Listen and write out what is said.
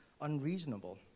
unreasonable